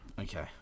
okay